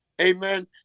Amen